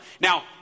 Now